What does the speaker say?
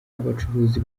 abacuruzi